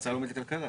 אז